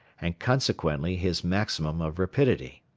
and, consequently his maximum of rapidity.